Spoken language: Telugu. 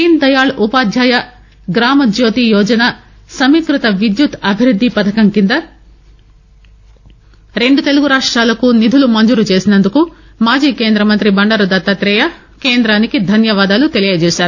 దీన్ దయాళ్ ఉపాధ్యాయ గ్రామజ్యోతి యోజన సమీక్పత విద్యుత్ అభివ్బద్ది పథకం కింద రెండు తెలుగు రాష్ట్రాలకు నిధులు మంజూరు చేసినందుకు మాజీ కేంద్ర మంత్రి బండారు దత్తాతేయ కేందానికి ధన్యవాదాలు తెలియచేశారు